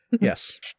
Yes